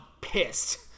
pissed